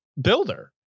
builder